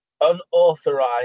unauthorized